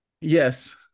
Yes